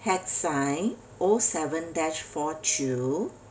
hash sign oh seven dash four two